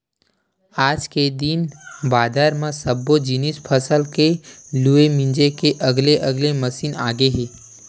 आज के दिन बादर म सब्बो जिनिस फसल के लूए मिजे के अलगे अलगे मसीन आगे हे